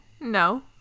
No